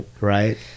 right